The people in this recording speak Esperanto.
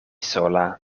sola